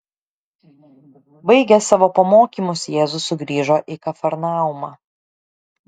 baigęs savo pamokymus jėzus sugrįžo į kafarnaumą